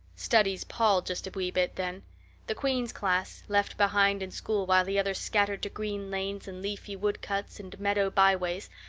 studies palled just a wee bit then the queen's class, left behind in school while the others scattered to green lanes and leafy wood cuts and meadow byways,